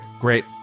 Great